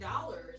dollars